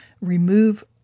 remove